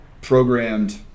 programmed